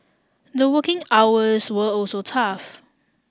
the working hours were also tough